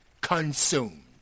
consumed